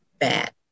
bad